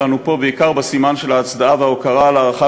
ואנו פה בעיקר בסימן של ההצדעה וההוקרה וההערכה